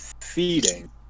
feeding